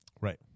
Right